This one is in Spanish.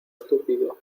estúpido